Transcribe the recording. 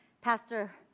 Pastor